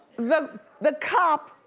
the the cop,